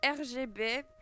RGB